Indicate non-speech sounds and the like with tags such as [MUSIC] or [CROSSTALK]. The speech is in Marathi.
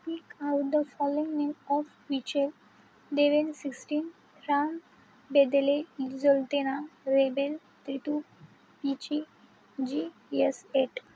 speak out the following name of वीचे देवेन सिक्स्टीन राम बेदेले [UNINTELLIGIBLE] रेबेल थ्रि टू इची जी यस एट